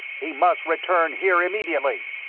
he must return here immediately.